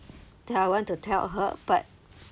that I want to tell her but